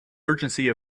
urgency